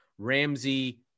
Ramsey